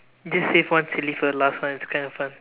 just save one silly for the last one it's kind of fun